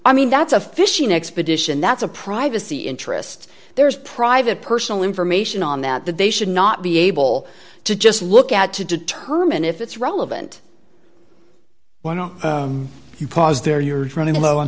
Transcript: i mean that's a fishing expedition that's a privacy interest there's private personal information on that that they should not be able to just look at to determine if it's relevant why don't you pause there you're running low on